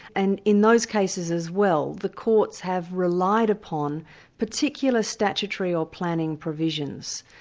and in those cases as well, the courts have relied upon particular statutory or planning provisions,